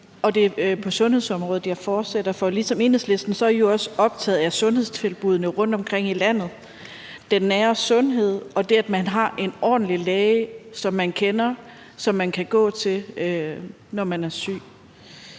Det er sundhedsområdet, jeg fortsætter med, for ligesom Enhedslisten er I jo også optaget af sundhedstilbuddene rundtomkring i landet, den nære sundhed og det, at man har en ordentlig læge, som man kender, og som man kan gå til, når man er syg.